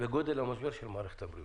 ואת גודל המשבר של מערכת הבריאות.